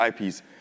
IPs